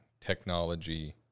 technology